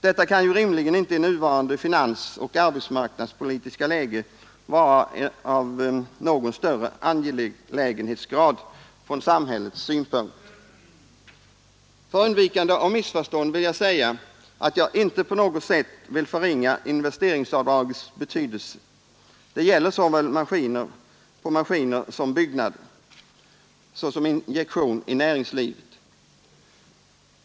Detta kan ju rimligen inte i nuvarande finansoch arbetsmarknadspolitiska läge vara av någon större angelägenhetsgrad från samhällets synpunkt. För undvikande av missförstånd vill jag säga att jag inte på något sätt vill förringa investeringsavdragets betydelse det gäller såväl maskiner som byggnader — såsom injektion i näringslivet.